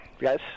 yes